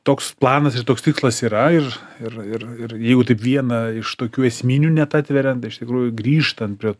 toks planas ir toks tikslas yra ir ir ir ir jeigu taip vieną iš tokių esminių net atverian iš tikrųjų grįžtan prie